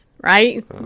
right